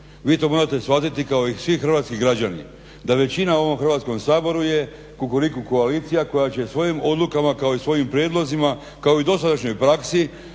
Vi to morate shvatiti kao i svi hrvatski građani da većina u ovom Hrvatskom saboru je Kukuriku koalicija koja će svojim odlukama kao i svojim prijedlozima kao i u dosadašnjoj praksi